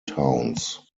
towns